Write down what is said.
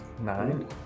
Nine